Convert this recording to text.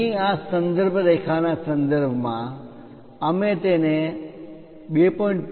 અહીં આ સંદર્ભ રેખા ના સંદર્ભમાં અમે તેને 2